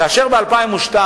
כאשר ב-2002